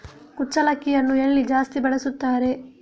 ಕುಚ್ಚಲಕ್ಕಿಯನ್ನು ಎಲ್ಲಿ ಜಾಸ್ತಿ ಬೆಳೆಸುತ್ತಾರೆ?